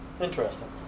interesting